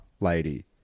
lady